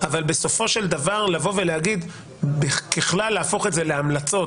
אבל בסופו של דבר ככלל להפוך את זה להמלצות,